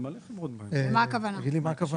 למה הכוונה?